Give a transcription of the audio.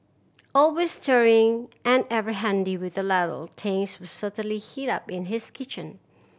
always stirring and ever handy with the ladle things will certainly heat up in his kitchen